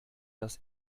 das